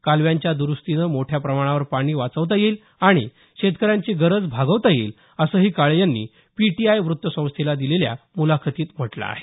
कालव्यांच्या दुरुस्तीनं मोठ्या प्रमाणावर पाणी वाचवता येईल आणि शेतकऱ्यांची गरज भागवता येईल असंही काळे यांनी पीटीआय वृत्तसंस्थेला दिलेल्या मुलाखतीत म्हटलं आहे